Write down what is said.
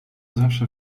zawsze